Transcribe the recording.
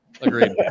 Agreed